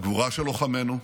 הגבורה של לוחמינו,